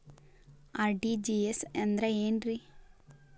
RTGS ಅಂದ್ರ ಏನ್ರಿ?